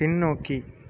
பின்னோக்கி